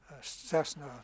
Cessna